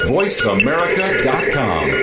VoiceAmerica.com